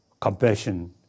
Compassion